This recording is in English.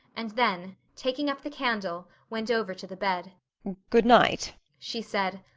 and then, taking up the candle, went over to the bed good night, she said,